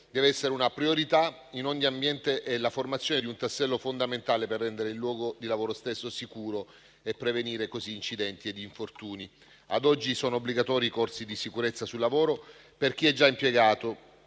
dev'essere una priorità in ogni ambiente e la formazione di un tassello fondamentale per rendere il luogo di lavoro stesso sicuro e prevenire così incidenti ed infortuni. Ad oggi, sono obbligatori i corsi di sicurezza sul lavoro per chi è già impiegato.